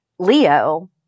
Leo